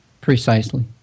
Precisely